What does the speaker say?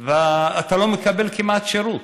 ואתה לא מקבל כמעט שירות.